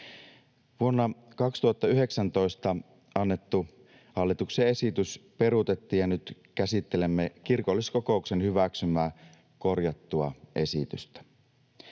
Vuonna 2019 annettu hallituksen esitys peruutettiin, ja nyt käsittelemme kirkolliskokouksen hyväksymää, korjattua esitystä.